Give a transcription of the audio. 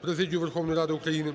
президію Верховної Ради України.